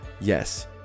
Yes